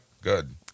Good